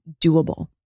doable